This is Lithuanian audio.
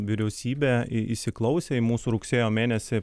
vyriausybėį įsiklausė į mūsų rugsėjo mėnesį